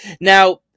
Now